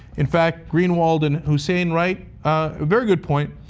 in fact, greenwald and hussain write a very good point.